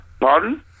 Pardon